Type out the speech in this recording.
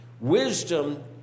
Wisdom